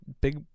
big